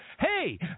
Hey